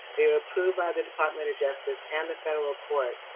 they were approved by the department of justice and the federal court.